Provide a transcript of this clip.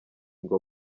ngo